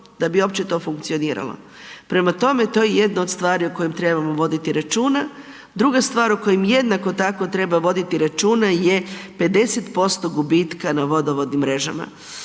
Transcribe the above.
da bi uopće to funkcioniralo. Prema tome, to je jedno od stvari o kojem trebamo voditi računa. Druga stvar o kojem jednako tako treba voditi računa je 50% gubitka na vodovodnim mrežama.